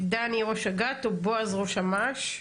דני ראש אג"ת או בועז ראש אמ"ש?